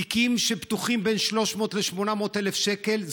תיקים פתוחים על בין 300,000 ל-800,000 שקל.